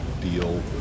deal